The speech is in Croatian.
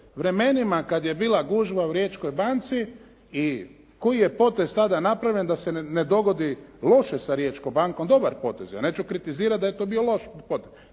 vremenima kad je bila gužva u Riječkoj banci i koji je potez tada napravljen da se ne dogodi loše sa Riječkom bankom? Dobar potez. Ja neću kritizirati da je to bio loš potez.